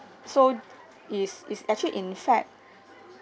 so is is actually in fact